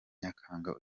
nyakanga